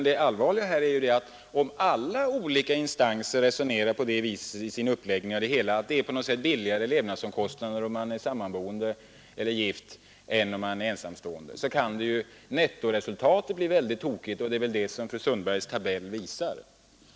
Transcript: Det allvarliga här är ju att om alla olika instanser resonerar på det viset i sin uppläggning, att det är på något sätt billigare levnadsomkostnader om man är sammanboende eller gift än om man är ensamstående, så kan nettoresultatet bli väldigt tokigt, och det är väl detta som fru Sundbergs tabell visar.